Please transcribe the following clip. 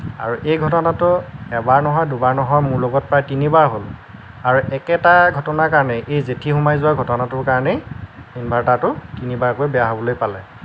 আৰু এই ঘটনাটো এবাৰ নহয় দুবাৰ নহয় মোৰ লগত প্ৰায় তিনিবাৰ হ'ল আৰু একেটা ঘটনাৰ কাৰণেই এই জেঠী সোমাই যোৱা ঘটনাটোৰ কাৰণেই ইনভাৰ্টাৰটো তিনিবাৰকৈ বেয়া হ'বলৈ পালে